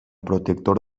protector